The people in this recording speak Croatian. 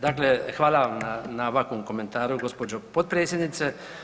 Dakle, hvala vam na ovakvom komentaru gospođo potpredsjednice.